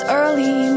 early